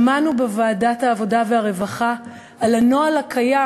שמענו בוועדת העבודה והרווחה על הנוהל הקיים,